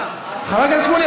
חבר הכנסת שמולי,